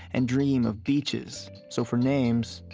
and dream of beaches. so for names,